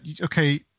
okay